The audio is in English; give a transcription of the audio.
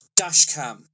Dashcam